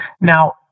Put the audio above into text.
Now